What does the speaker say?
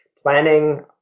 planning